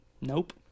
nope